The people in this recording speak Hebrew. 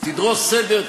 תדרוש סדר,